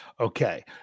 Okay